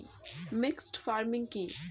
Mixed farming কি?